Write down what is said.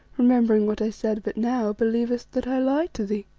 remembering what i said but now, believest that i lie to thee.